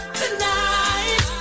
tonight